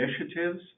initiatives